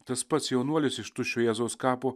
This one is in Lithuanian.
tas pats jaunuolis iš tuščio jėzaus kapo